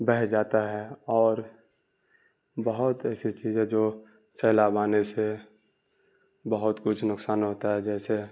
بہہ جاتا ہے اور بہت ایسی چیزیں جو سیلاب آنے سے بہت کچھ نقصان ہوتا ہے جیسے